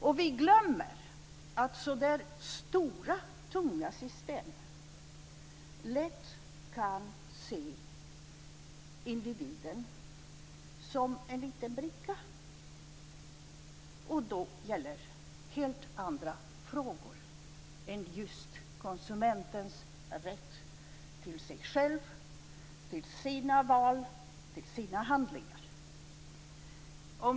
Vi glömmer att man i stora, tunga system lätt kan se individen som en liten bricka. Då gäller helt andra frågor än just konsumentens rätt till sig själv, till sina val, till sina handlingar.